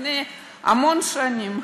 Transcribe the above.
לפני המון שנים,